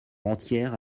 entière